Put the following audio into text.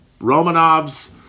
Romanovs